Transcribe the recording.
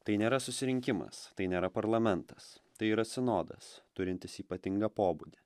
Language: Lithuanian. tai nėra susirinkimas tai nėra parlamentas tai yra sinodas turintis ypatingą pobūdį